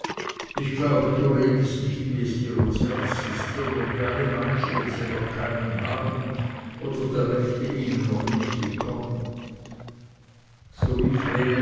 ich glaube du redest nicht wie es dir ums herz ist sondern wie alle meitschi wenn sie noch keinen haben oder der rechte ihnen noch nicht gekommen so wie